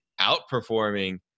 outperforming